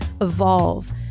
evolve